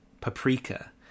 Paprika